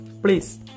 please